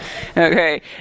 okay